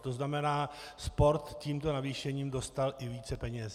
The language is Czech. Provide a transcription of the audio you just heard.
To znamená, sport s tímto navýšením dostal i více peněz.